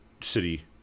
city